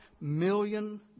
million